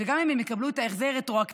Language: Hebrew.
וגם אם הם יקבלו את ההחזר רטרואקטיבית,